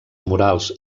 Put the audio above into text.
murals